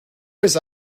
was